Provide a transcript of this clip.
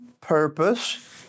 purpose